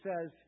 says